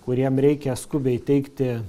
kuriem reikia skubiai teikti